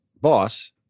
boss